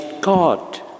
God